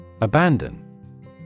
Abandon